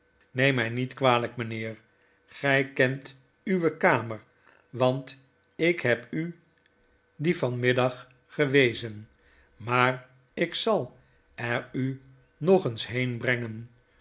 neem my niet kwalyk mynheer grij kent uwe kamer want ik heb u die van middag gewezen maar ik zal er u nog eens heen